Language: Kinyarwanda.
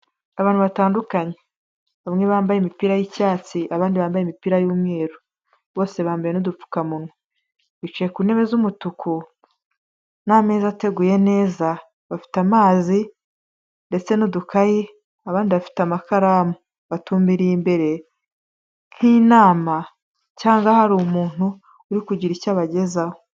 Abantu batandukanye, bamwe bambaye imipira y'icyatsi, abandi bambaye imipira y'umweru, bose bambaye n'udupfukamunwa. Bicaye ku ntebe z'umutuku n'ameza ateguye neza, bafite amazi ndetse n'udukayi, abandi bafite amakaramu, batumbiriye imbere nk'inama cyangwa hari umuntu uri kugira icyo abagezaho.